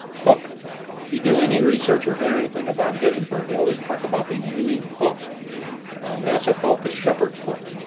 hook if you do any research or hear anything about gettysburg they always talk about the union hook they also call it the shepherd's hook